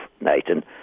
Nathan